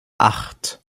acht